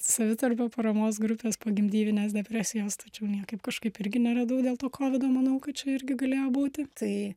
savitarpio paramos grupės pogimdyvinės depresijos tačiau niekaip kažkaip irgi neradau dėl to kovido manau kad čia irgi galėjo būti tai